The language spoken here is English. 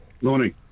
Morning